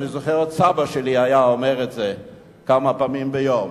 אני זוכר שסבא שלי היה אומר את זה כמה פעמים ביום.